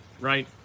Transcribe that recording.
right